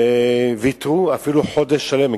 וויתרו אפילו חודש שלם.